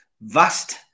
vast